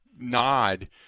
Nod